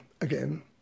again